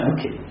Okay